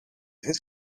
his